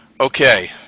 Okay